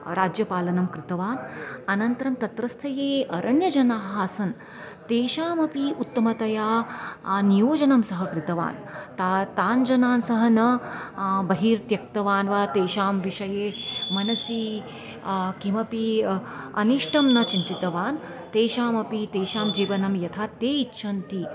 राज्यपालनं कृतवान् अनन्तरं तत्रस्थ ये अरण्यजनाः आसन् तेषामपि उत्तमतया नियोजनं सः कृतवान् ता तान् जनान् सह न बहिर्त्यक्तवान् वा तेषां विषये मनसि किमपि अनिष्टं न चिन्तितवान् तेषामपि तेषां जीवनं यथा ते इच्छन्ति